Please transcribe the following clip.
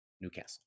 Newcastle